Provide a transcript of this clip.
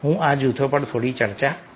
હું આ જૂથો પર થોડી ચર્ચા કરીશ